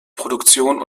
produktion